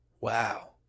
Wow